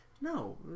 No